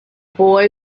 boy